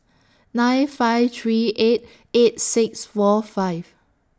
nine five three eight eight six four five